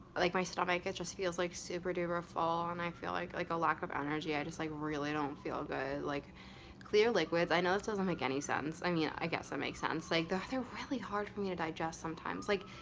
like my stomach, it just feels like super duper ah full and i feel like like a lack of energy. i just like really don't feel good. like clear liquids i know it doesn't make any sense. i mean, i guess it makes sense. like they're really hard for me to digest sometimes. like